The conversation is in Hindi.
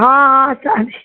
हाँ हाँ सारे